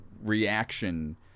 reaction